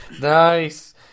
Nice